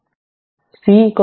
അതിനാൽ C 0